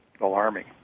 alarming